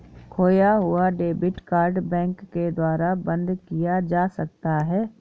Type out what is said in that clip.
खोया हुआ debit card bank के द्वारा बंद किया जा सकता है